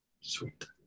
Sweet